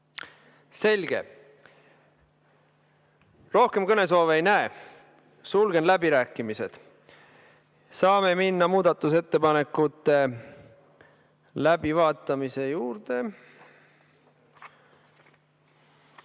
Selge. Rohkem kõnesoove ei näe. Sulgen läbirääkimised. Saame minna muudatusettepanekute läbivaatamise juurde. On